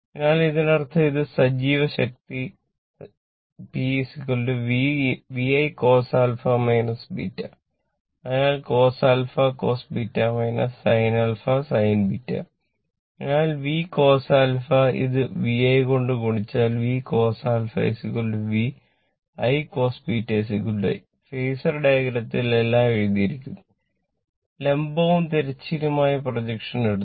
അതിനാൽ അതിനർത്ഥം ഇത് സജീവ ശക്തി P VI cos α β അതിനാൽ cos α cos β sin α sin β അതിനാൽ Vcos α ഇത് VI കൊണ്ട് ഗുണിച്ചാൽ VCos α v I cos β i phasor ഡയഗ്രത്തിൽ എല്ലാം എഴുതിയിരിക്കുന്നു ലംബവും തിരശ്ചീനവുമായ പ്രൊജക്ഷൻ എടുത്തു